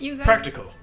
Practical